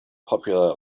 popular